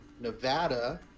nevada